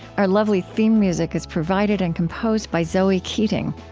our lovely theme music is provided and composed by zoe keating.